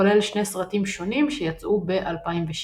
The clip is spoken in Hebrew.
כולל שני סרטים שונים שיצאו ב-2007.